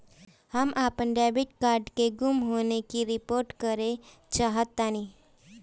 हम अपन debit card के गुम होने की रिपोर्ट करे चाहतानी